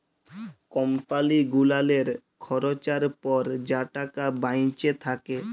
কম্পালি গুলালের খরচার পর যা টাকা বাঁইচে থ্যাকে